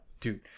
dude